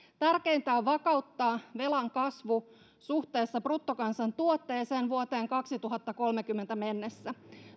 tärkeintä on vakauttaa velan kasvu suhteessa bruttokansantuotteeseen vuoteen kaksituhattakolmekymmentä mennessä